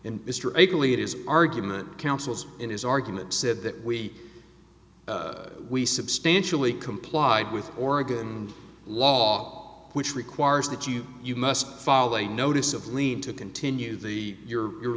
it is argument councils in his argument said that we we substantially complied with oregon law which requires that you you must follow a notice of lead to continue the your